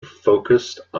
focused